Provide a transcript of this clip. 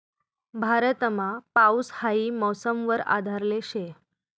भारतमा पाऊस हाई मौसम वर आधारले शे